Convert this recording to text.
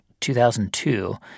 2002 –